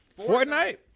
Fortnite